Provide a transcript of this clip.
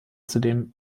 zudem